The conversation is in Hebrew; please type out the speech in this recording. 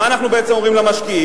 מה אנחנו בעצם אומרים למשקיעים?